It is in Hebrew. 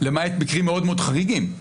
למעט מקרים מאוד מאוד חריגים,